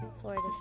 florida